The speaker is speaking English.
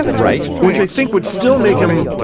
right, which i think would still make him.